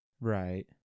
Right